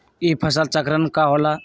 ई फसल चक्रण का होला?